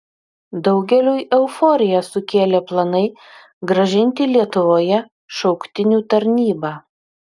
daugeliui euforiją sukėlė planai grąžinti lietuvoje šauktinių tarnybą